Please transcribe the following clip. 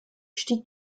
stieg